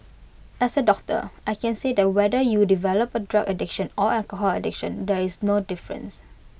as A doctor I can say that whether you develop A drug addiction or alcohol addiction there is no difference